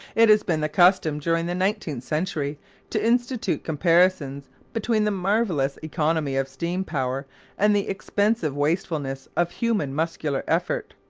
it has been the custom during the nineteenth century to institute comparisons between the marvellous economy of steam power and the expensive wastefulness of human muscular effort.